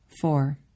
Four